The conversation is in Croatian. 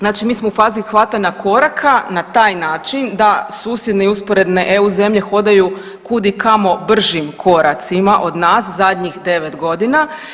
Znači mi smo u fazi hvatanja koraka na taj način da susjedne i usporedne EU zemlje hodaju kud i kamo bržim koracima od nas zadnjih 9 godina.